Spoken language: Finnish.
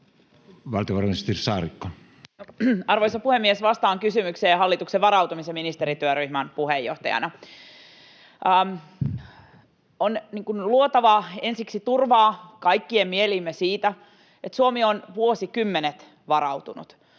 Valtiovarainministeri Saarikko. Arvoisa puhemies! Vastaan kysymykseen hallituksen varautumisen ministerityöryhmän puheenjohtajana. Ensiksikin on luotava turvaa meidän kaikkien mieliin siitä, että Suomi on varautunut